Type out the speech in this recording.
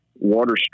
water